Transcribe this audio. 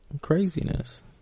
craziness